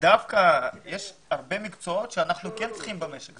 וזה דווקא כשיש הרבה מקצועות שאנחנו כן צריכים במשק.